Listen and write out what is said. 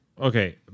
Okay